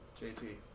JT